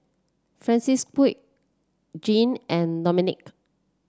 Francisqui Jeane and Dominick